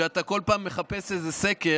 אתה כל פעם מחפש איזה סקר,